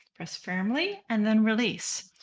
press firmly and then release,